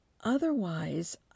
Otherwise